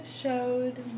Showed